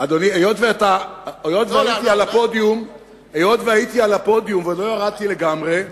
היות שהייתי על הפודיום ולא ירדתי לגמרי,